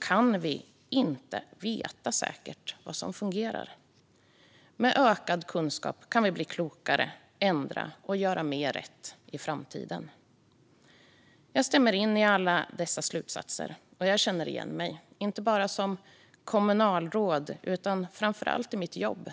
kan vi inte veta säkert vad som fungerar. Med ökad kunskap kan vi bli klokare, ändra och göra mer rätt i framtiden. Jag stämmer in i alla dessa slutsatser, och jag känner igen mig, inte bara som kommunalråd utan framför allt i mitt jobb.